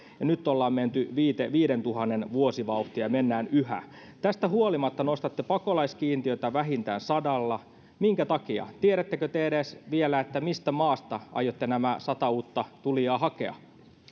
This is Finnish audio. ja nyt ollaan menty viidentuhannen vuosivauhtia ja mennään yhä tästä huolimatta nostatte pakolaiskiintiötä vähintään sadalla minkä takia tiedättekö te edes vielä mistä maasta aiotte nämä sata uutta tulijaa hakea